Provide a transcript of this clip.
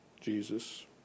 Jesus